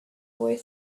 way